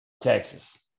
Texas